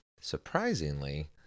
surprisingly